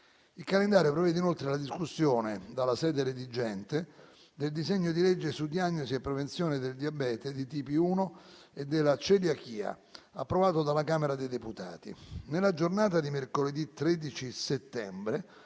Il calendario prevede inoltre la discussione, dalla sede redigente, del disegno di legge su diagnosi e prevenzione del diabete di tipo 1 e della celiachia, approvato dalla Camera dei deputati. Nella giornata di mercoledì 13 settembre